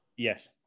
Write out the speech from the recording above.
Yes